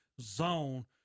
zone